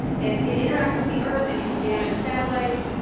and it interacts with the earth, it can damage satellites,